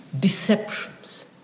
deceptions